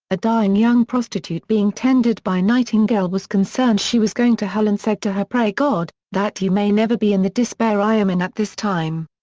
a dying young prostitute being tended by nightingale was concerned she was going to hell and said to her pray god, that you may never be in the despair i am in at this time'.